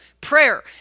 prayer